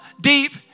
deep